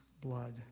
blood